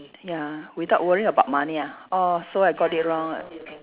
ya without worrying about money ah orh so I got it wrong ah